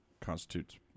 constitutes